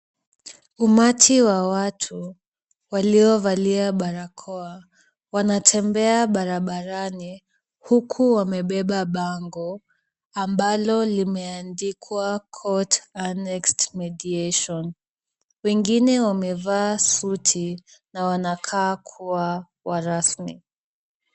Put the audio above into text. Umati wa watu waliovalia barakoa wanatembea barabarani huku wamebeba bango ambalo limeandikwa Court Annexed Mediation . Wengine wamevaa suti na wanakaa kuwa warasmi.